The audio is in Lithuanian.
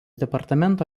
departamento